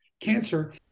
cancer